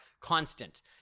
constant